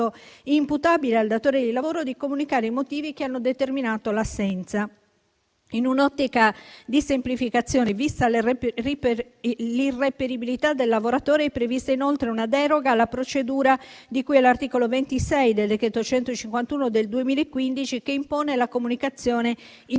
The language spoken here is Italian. imputabile al datore di lavoro, di comunicare i motivi che hanno determinato l'assenza. In un'ottica di semplificazione, vista l'irreperibilità del lavoratore, è prevista inoltre una deroga alla procedura di cui all'articolo 26 del decreto legislativo 14 settembre 2015, n. 151, che impone la comunicazione in